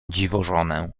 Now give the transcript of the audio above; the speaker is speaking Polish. dziwożonę